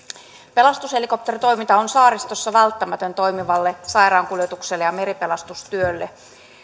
pelastushelikopteritoiminta on saaristossa välttämätön toimivalle sairaankuljetukselle ja meripelastustyölle